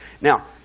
Now